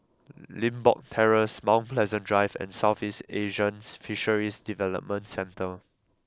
Limbok Terrace Mount Pleasant Drive and Southeast Asian Fisheries Development Centre